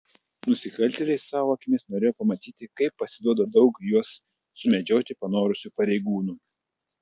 nusikaltėliai savo akimis norėjo pamatyti kaip pasiduoda daug juos sumedžioti panorusių pareigūnų